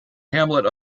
hamlet